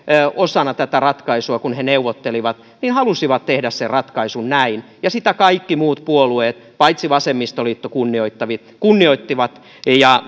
osana tätä ratkaisua kun he neuvottelivat halusivat tehdä sen ratkaisun näin ja sitä kaikki muut puolueet paitsi vasemmistoliitto kunnioittivat kunnioittivat ja